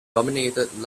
dominated